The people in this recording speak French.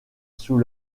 sous